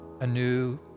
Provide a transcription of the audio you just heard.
anew